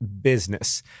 business